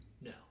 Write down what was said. No